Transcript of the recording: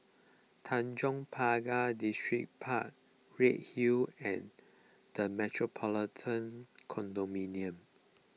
Tanjong Pagar Distripark Redhill and the Metropolitan Condominium